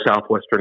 Southwestern